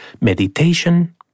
meditation